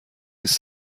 نیست